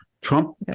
Trump